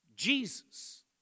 Jesus